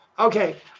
Okay